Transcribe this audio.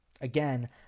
Again